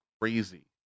crazy